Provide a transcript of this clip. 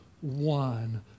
one